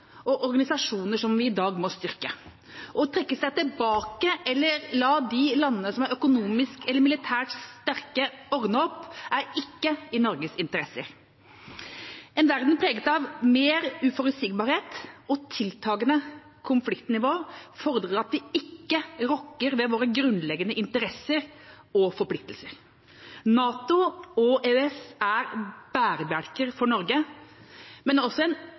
og organisasjoner som vi i dag må styrke. Å trekke seg tilbake eller la de landene som er økonomisk eller militært sterke, ordne opp, er ikke i Norges interesse. En verden preget av mer uforutsigbarhet og tiltagende konfliktnivå fordrer at vi ikke rokker ved våre grunnleggende interesser og forpliktelser. NATO og EØS er bærebjelker for Norge, men også en